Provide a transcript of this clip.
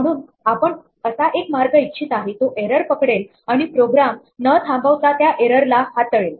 म्हणून आपण असा एक मार्ग इच्छित आहे जो एरर पकडेल आणि प्रोग्राम ना थांबवता त्या एरर ला हाताळेल